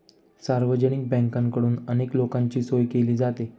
सार्वजनिक बँकेकडून अनेक लोकांची सोय केली जाते